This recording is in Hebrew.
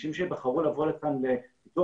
אנשים שבחרו לבוא לכאן להתמחות.